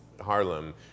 Harlem